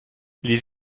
les